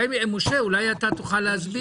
משה, אולי אתה תוכל להסביר?